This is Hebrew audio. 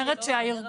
אני אומרת שהארגון,